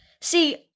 see